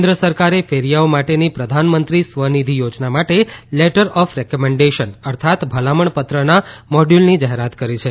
કેન્દ્ર સરકારે ફેરીયાઓ માટેની પ્રધાનમંત્રી સ્વ નિધિ યોજના માટે લેટર ઓફ રકમેન્ડેશન અર્થાત ભલામણપત્રના મોડયુલની જાહેરાત કરી છે